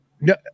no